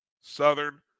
Southern